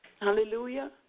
Hallelujah